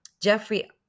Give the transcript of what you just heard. Jeffrey